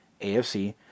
AFC